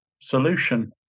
solution